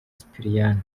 sipiriyani